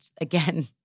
again